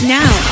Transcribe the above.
now